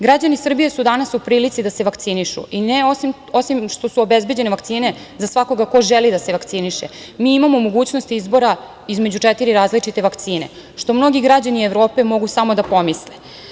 Građani Srbije su danas u prilici da se vakcinišu i osim što su obezbeđene vakcine za svakog ko želi da se vakciniše, mi imamo mogućnost izbora između četiri različite vakcine, što mnogi građani Evrope mogu samo da pomisle.